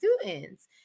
students